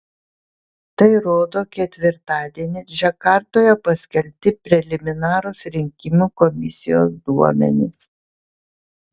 tai rodo ketvirtadienį džakartoje paskelbti preliminarūs rinkimų komisijos duomenys